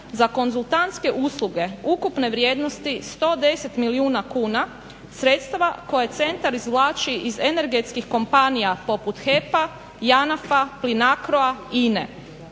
za konzultantske usluge ukupne vrijednosti 110 milijuna kuna sredstava koja centar izvlači iz energetskih kompanija poput HEP-a, JANAFA, PLINAKRO-a, INA-e.